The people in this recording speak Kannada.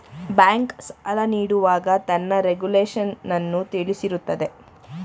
ಬ್ಯಾಂಕ್, ಸಾಲ ನೀಡುವಾಗ ತನ್ನ ರೆಗುಲೇಶನ್ನನ್ನು ತಿಳಿಸಿರುತ್ತದೆ